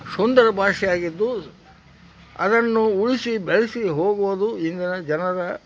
ಸುಂದರ ಭಾಷೆಯಾಗಿದ್ದು ಅದನ್ನು ಉಳಿಸಿ ಬೆಳೆಸಿ ಹೋಗುವುದು ಇಂದಿನ ಜನರ